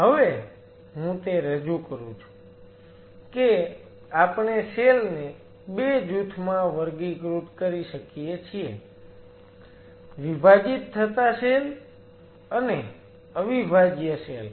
હવે હું તે રજૂ કરું છું કે આપણે સેલ ને 2 જૂથમાં વર્ગીકૃત કરી શકીએ છીએ વિભાજીત થતા સેલ અને અવિભાજ્ય સેલ